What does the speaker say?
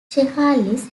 chehalis